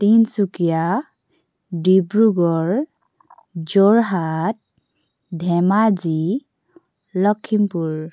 Tinsukia Dibrugarh Jorhat Dhemaji Lakhimpur